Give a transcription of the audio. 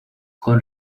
con